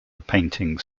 paintings